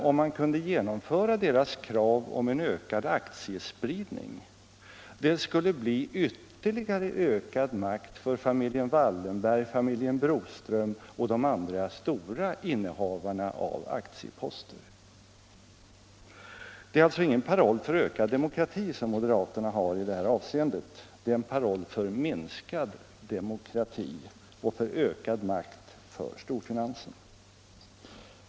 Om man kunde genomföra deras krav på en ökad aktiespridning skulle följden bli ytterligare ökad makt för familjen Wallenberg, familjen Broström och de andra stora innehavarna av aktieposter. Moderaternas paroll här är alltså inte någon paroll för ökad demokrati — det är en paroll för minskad demokrati och för ökad makt åt storfinansen.